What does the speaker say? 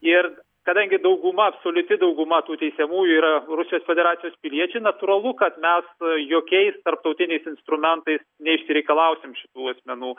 ir kadangi dauguma absoliuti dauguma tų teisiamųjų yra rusijos federacijos piliečiai natūralu kad mes jokiais tarptautiniais instrumentais neišsireikalausim šitų asmenų